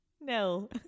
No